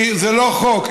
כי זה לא חוק,